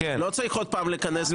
לא צריך עוד פעם לכנס ועדה.